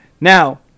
now